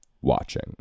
Watching